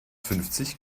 fünfzig